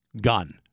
gun